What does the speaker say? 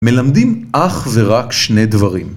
מלמדים אך ורק שני דברים.